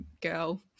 girl